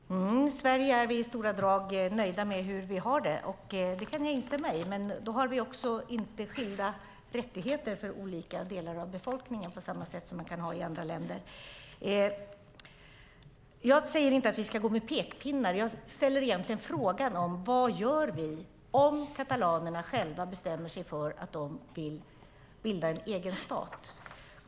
Herr talman! I Sverige är vi i stora drag nöjda med hur vi har det, och det kan jag instämma i. Men då har vi inte skilda rättigheter för olika delar av befolkningen på samma sätt som man kan ha i andra länder. Jag säger inte att vi ska gå med pekpinnar. Jag ställer egentligen frågan vad vi gör om katalanerna själva bestämmer sig för att de vill bilda en egen stat.